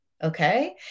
Okay